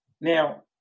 Now